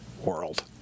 world